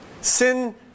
Sin